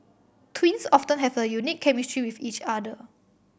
twins often have a unique chemistry with each other